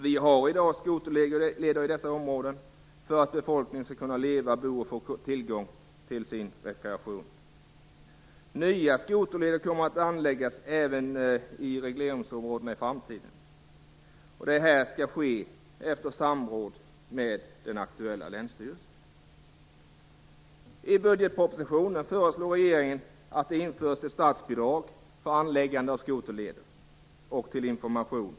Det finns i dag skoterleder i dessa områden för att befolkningen skall kunna leva och bo där och få tillgång till rekreation. Nya skoterleder kommer att anläggas även i regleringsområdena i framtiden. Detta skall ske efter samråd med aktuell länsstyrelse. I budgetpropositionen föreslår regeringen att ett statsbidrag införs för anläggande av skoterleder och för information.